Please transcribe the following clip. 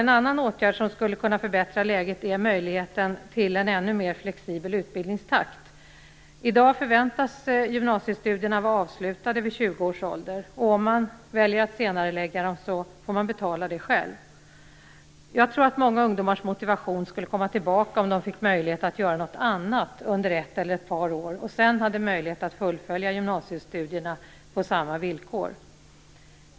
En annan åtgärd som skulle kunna förbättra läget är möjligheten till en ännu mer flexibel utbildningstakt. I dag förväntas gymnasiestudierna vara avslutade vid tjugo års ålder. Om man väljer att senarelägga dem får man betala det själv. Jag tror att många ungdomars motivation skulle komma tillbaka om de fick möjlighet att göra något annat under ett eller ett par år och sedan hade möjlighet att fullfölja gymnasiestudierna på samma villkor.